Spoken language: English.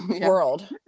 world